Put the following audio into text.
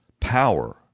power